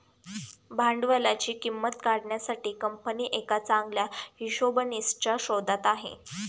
भांडवलाची किंमत काढण्यासाठी कंपनी एका चांगल्या हिशोबनीसच्या शोधात आहे